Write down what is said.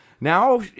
Now